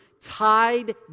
tied